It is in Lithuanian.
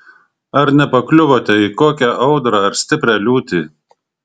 ar nepakliuvote į kokią audrą ar stiprią liūtį